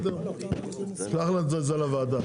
תשלח לנו לוועדה.